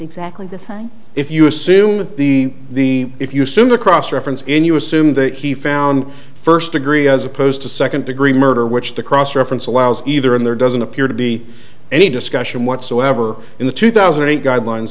exactly the same if you assume that the if you assume the cross reference in you assume that he found first degree as opposed to second degree murder which the cross reference allows either and there doesn't appear to be any discussion whatsoever in the two thousand and eight guidelines